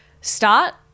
start